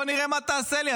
בוא נראה מה תעשה לי,